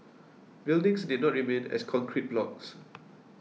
buildings need not remain as concrete blocks